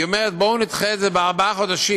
היא אומרת: בואו נדחה את זה בארבעה חודשים.